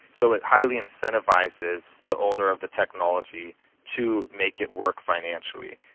so it highly incentivises the owner of the technology to make it work financially,